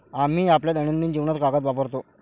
आम्ही आपल्या दैनंदिन जीवनात कागद वापरतो